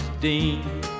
dean